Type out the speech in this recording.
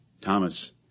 Thomas